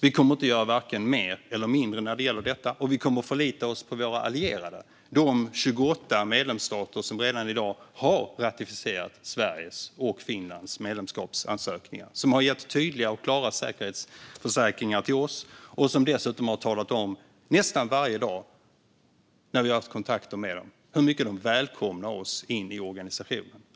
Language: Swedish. Vi kommer inte att göra vare sig mer eller mindre när det gäller detta, och vi kommer att förlita oss på våra allierade - de 28 medlemsstater som redan i dag har ratificerat Sveriges och Finlands medlemskapsansökningar, gett oss tydliga och klara säkerhetsförsäkringar och dessutom nästan varje dag när vi har haft kontakter med dem har talat om hur mycket de välkomnar oss in i organisationen.